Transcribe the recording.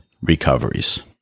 recoveries